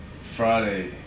Friday